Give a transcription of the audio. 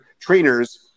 trainers